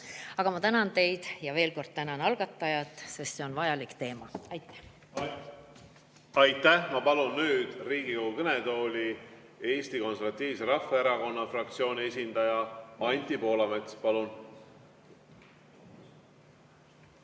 Ma tänan teid ja tänan veel kord algatajat, sest see on vajalik teema. Aitäh! Aitäh! Ma palun nüüd Riigikogu kõnetooli Eesti Konservatiivse Rahvaerakonna fraktsiooni esindaja Anti Poolametsa. Palun!